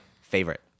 favorite